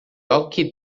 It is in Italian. occhi